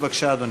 בבקשה, אדוני.